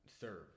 serve